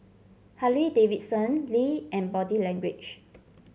Harley Davidson Lee and Body Language